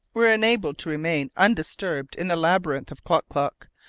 were enabled to remain undisturbed in the labyrinths of klock-klock,